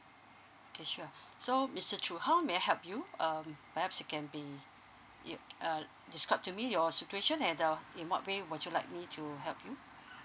k sure so mister choo how may I help you um perhaps it can be um yup uh describe to me your situation and uh in what way would you like me to help you